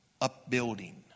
upbuilding